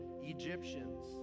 Egyptians